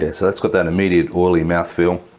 yeah so that's got that immediate oily mouthfeel.